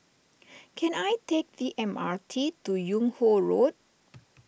can I take the M R T to Yung Ho Road